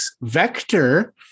vector